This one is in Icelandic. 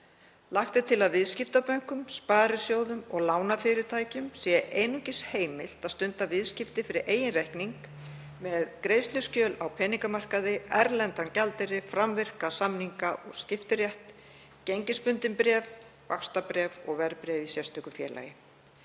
Lagt er til að viðskiptabönkum, sparisjóðum og lánafyrirtækjum sé einungis heimilt að stunda viðskipti fyrir eigin reikning með greiðsluskjöl á peningamarkaði, erlendan gjaldeyri, framvirka samninga og skiptirétt, gengisbundin bréf, vaxtabréf og verðbréf í sérstöku félagi.